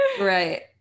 Right